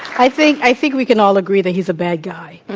i think i think we can all agree that he's a bad guy.